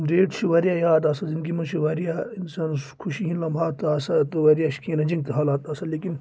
date چھِ واریاہ یاد آسان زِندگی منٛز چھِ واریاہ اِنسانَس خوشی ہُنٛد لَمحات آسان تہٕ واریاہ چھِ کیٚنٛہہ رَنجٕنۍ تہِ حالات آسان لیکِن